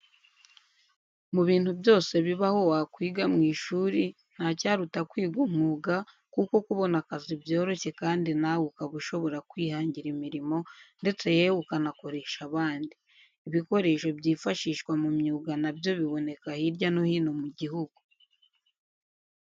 Mu bintu byose bibaho wakwiga mu ishuri, nta cyaruta kwiga umwuga kuko kubona akazi byoroshye kandi nawe ukaba ushobora kwihangira imirimo ndetse yewe ukanakoresha abandi. Ibikoresho byifashishwa mu myuga na byo biboneka hirya no hino mu gihugu.